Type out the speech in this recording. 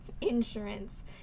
insurance